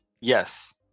Yes